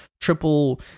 triple